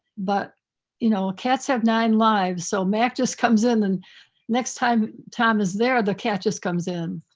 but you know, cats have nine lives. so mack just comes in and next time tom is there, the cat just comes in.